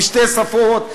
בשתי שפות,